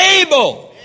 able